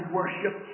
worship